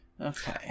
Okay